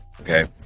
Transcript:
okay